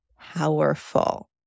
powerful